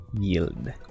Yield